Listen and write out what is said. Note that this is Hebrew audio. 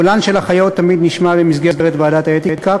קולן של אחיות תמיד נשמע במסגרת ועדת האתיקה,